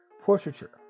portraiture